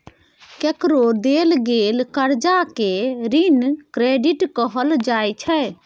केकरो देल गेल करजा केँ ऋण क्रेडिट कहल जाइ छै